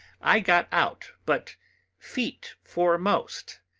i got out, but feet foremost,